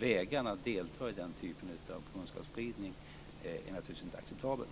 Vägran att delta i den typen av kunskapsspridning är naturligtvis inte acceptabelt.